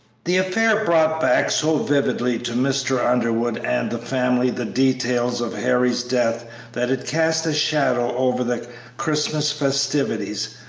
the affair brought back so vividly to mr. underwood and the family the details of harry's death that it cast a shadow over the christmas festivities,